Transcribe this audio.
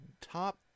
top